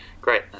Great